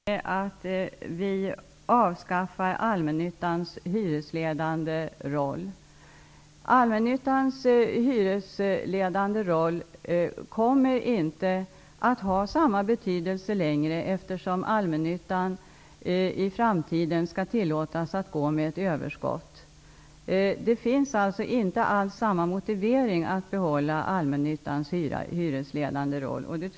Herr talman! Jag skulle gärna vilja försöka dela upp den här debatten litet grand så att vi vet vad vi pratar om. För det första gäller det att vi avskaffar allmännyttans hyresledande roll. Allmännyttans hyresledande roll kommer inte att ha samma betydelse längre, eftersom allmännyttan i framtiden skall tillåtas att gå med ett överskott. Det finns alltså inte alls samma motivering att behålla allmännyttans hyresledande roll i framtiden.